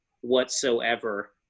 whatsoever